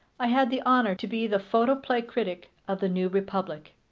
i had the honor to be the photoplay critic of the new republic,